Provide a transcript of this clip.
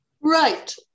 Right